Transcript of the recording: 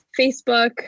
Facebook